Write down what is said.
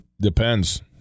Depends